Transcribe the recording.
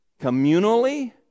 communally